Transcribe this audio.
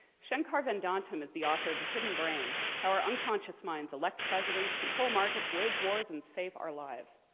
shankar vedantam is the author of the hidden brain how our unconscious minds elect presidents, control markets, wage wars, and save our lives.